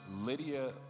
Lydia